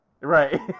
right